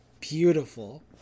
beautiful